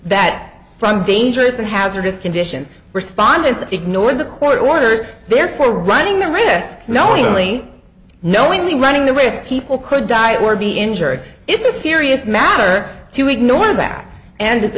that from dangerous and hazardous conditions respondents ignored the court orders therefore running the risk knowingly knowingly running the risk people could die or be injured it's a serious matter to ignore that and